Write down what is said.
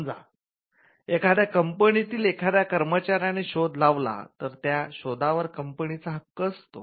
समजा एखाद्या कंपनीतील एखाद्या कर्मचाऱ्याने शोध लावला तर त्या शोधावर कंपनीचा हक्क असतो